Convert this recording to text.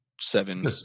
seven